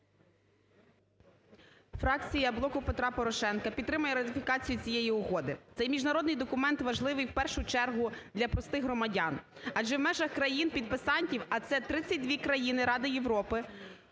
Фракція "Блоку Петра Порошенка" підтримує ратифікацію цієї угоди. Цей міжнародний документ важливий в першу чергу для простих громадян, адже в межах країн-підписантів, а це 32 країни Ради Європи,